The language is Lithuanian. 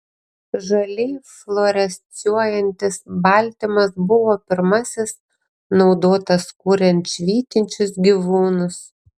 žaliai fluorescuojantis baltymas buvo pirmasis naudotas kuriant švytinčius gyvūnus